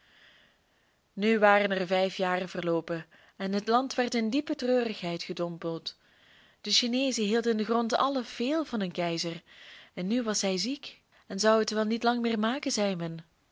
nu waren er vijf jaren verloopen en het land werd in diepe treurigheid gedompeld de chineezen hielden in den grond allen veel van hun keizer en nu was hij ziek en zou het wel niet lang meer maken zei